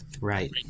Right